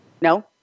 No